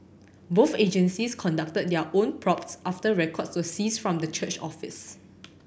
both agencies conducted their own probes after records were seized from the church office